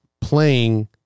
playing